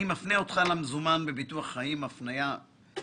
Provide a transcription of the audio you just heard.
אני מפנה אותך למזומן בביטוח חיים שם